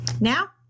Now